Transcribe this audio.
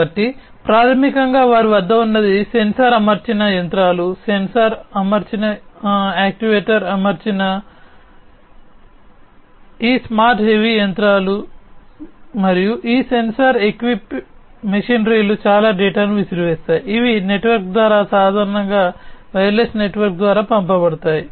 కాబట్టి ప్రాథమికంగా వారి వద్ద ఉన్నది సెన్సార్ అమర్చిన ఈ స్మార్ట్ హెవీ యంత్రాలు మరియు ఈ సెన్సార్ ఎక్విప్ మెషినరీలు చాలా డేటాను విసిరివేస్తాయి ఇవి నెట్వర్క్ ద్వారా సాధారణంగా వైర్లెస్ నెట్వర్క్ ద్వారా పంపబడతాయి